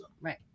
right